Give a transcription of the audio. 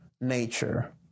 nature